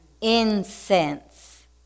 incense